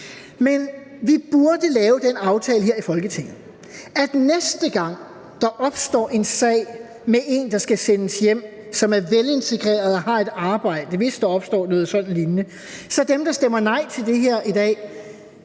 at vi burde lave den aftale her i Folketinget, at næste gang der opstår en sag med en, der skal sendes hjem, og som er velintegreret og har et arbejde – hvis noget sådan lignende opstår – så drop at